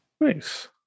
nice